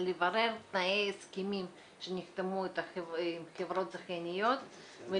אפשר יהיה לפתוח אותו ישר בהוצאה לפועל גם